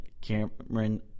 Cameron